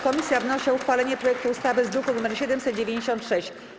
Komisja wnosi o uchwalenie projektu ustawy z druku nr 796.